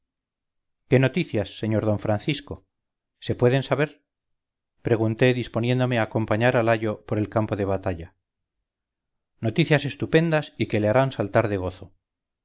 qué noticias sr d francisco se pueden saber pregunté disponiéndome a acompañar al ayo por el campo de batalla noticias estupendas y que le harán saltar de gozo